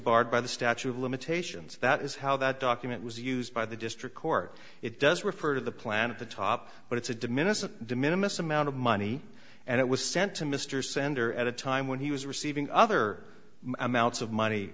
barred by the statute of limitations that is how that document was used by the district court it does refer to the plan at the top but it's administered the minimum amount of money and it was sent to mr sender at a time when he was receiving other amounts of money